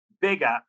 bigger